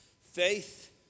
Faith